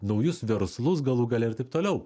naujus verslus galų gale ir taip toliau